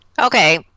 okay